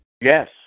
Yes